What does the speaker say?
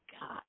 God